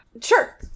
sure